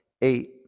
eight